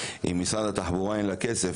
שלמשרד התחבורה אין כסף,